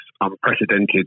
unprecedented